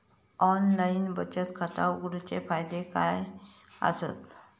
Online बचत खाता उघडूचे फायदे काय आसत?